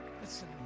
Listen